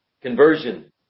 Conversion